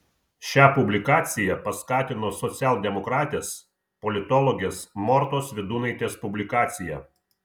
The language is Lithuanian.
šią publikaciją paskatino socialdemokratės politologės mortos vydūnaitės publikacija